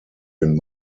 den